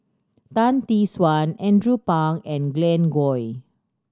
Tan Tee Suan Andrew Phang and Glen Goei